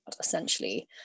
essentially